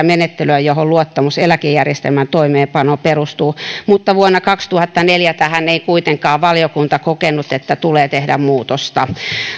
menettelyä johon luottamus eläkejärjestelmän toimeenpanoon perustuu mutta vuonna kaksituhattaneljä valiokunta ei kuitenkaan kokenut että tähän tulee tehdä muutosta